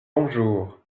bonjour